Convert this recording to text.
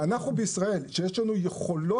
אנחנו בישראל, שיש לנו יכולות